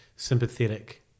sympathetic